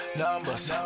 numbers